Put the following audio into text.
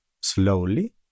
slowly